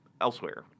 elsewhere